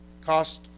cost